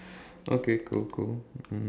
okay cool cool mm